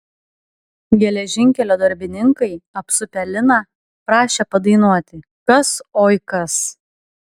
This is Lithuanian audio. geležinkelio darbininkai apsupę liną prašė padainuoti kas oi kas